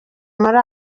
muri